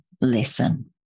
lesson